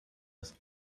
ist